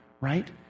right